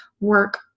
work